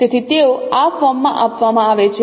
તેથી તેઓ આ ફોર્મમાં આપવામાં આવે છે